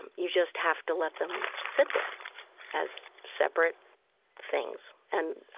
and you just have to let them sit there as separate things. and